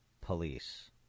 police